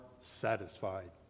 satisfied